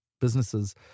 businesses